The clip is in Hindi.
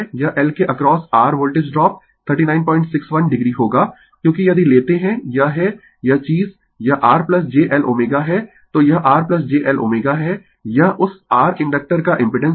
यह L के across r voltage drop 3961 o होगा क्योंकि यदि लेते है यह है यह चीज यह r jLω है तो यह r jLω है यह उस r इंडक्टर का इम्पिडेंस है